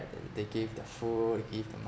th~ they gave their food give their